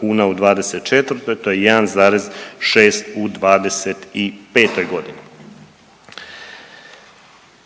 kuna u 2024. To je 1,6 u 2025. godini.